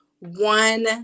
one